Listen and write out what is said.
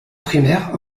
primaire